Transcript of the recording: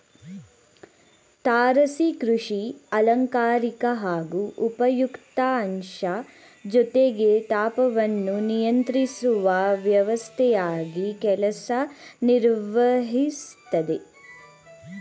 ತಾರಸಿ ಕೃಷಿ ಅಲಂಕಾರಿಕ ಹಾಗೂ ಉಪಯುಕ್ತ ಅಂಶ ಜೊತೆಗೆ ತಾಪವನ್ನು ನಿಯಂತ್ರಿಸುವ ವ್ಯವಸ್ಥೆಯಾಗಿ ಕೆಲಸ ನಿರ್ವಹಿಸ್ತದೆ